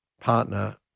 Partner